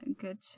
Good